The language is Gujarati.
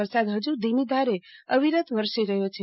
વરસાદ ફજુ ધીમી ધારે અવિરત વરસી રહ્યો છે